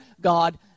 God